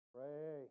Pray